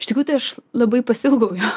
iš tikrųjų tai aš labai pasiilgau jo